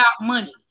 money